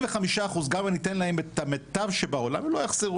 25% אחוז גם אם אתן להם את המיטב שבעולם הם לא יחזרו,